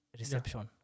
reception